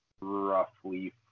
roughly